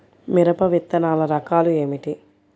మిరప విత్తనాల రకాలు ఏమిటి?